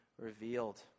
revealed